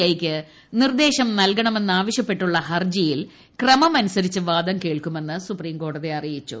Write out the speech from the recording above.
ഐയ്ക്ക് നിർദ്ദേശം നൽകണമെന്നാവശ്യപ്പെട്ടുള്ള ഹർജിയിൽ ക്രമമനുസരിച്ച് വാദം കേൾക്കുമെന്ന് സുപ്രീംകോടതി അറിയിച്ചു